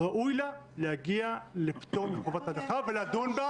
ראוי לה להגיע לפטור מחובת הנחה ולדון בה